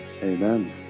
Amen